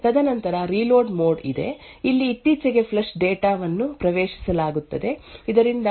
ತದನಂತರ reload mode ಇದೆ ಅಲ್ಲಿ ಇತ್ತೀಚೆಗೆ ಫ್ಲಶ್ ಡೇಟಾ ವನ್ನು ಪ್ರವೇಶಿಸಲಾಗುತ್ತದೆ ಇದರಿಂದ ಅದು ಮತ್ತೆ ಸಂಗ್ರಹಕ್ಕೆ ರೀಲೋಡ್ ಆಗುತ್ತದೆ